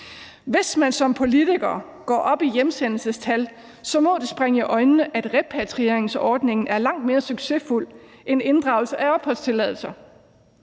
Hvis man som politiker går op i hjemsendelsestal, må det springe i øjnene, at repatrieringsordningen er langt mere succesfuld end inddragelse af opholdstilladelser.